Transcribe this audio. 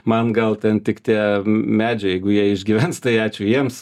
man gal ten tik tie medžiai jeigu jie išgyvens tai ačiū jiems